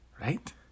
right